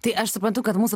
tai aš suprantu kad mūsų